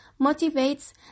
motivates